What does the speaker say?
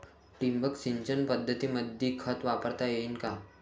ठिबक सिंचन पद्धतीमंदी खत वापरता येईन का?